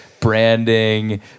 branding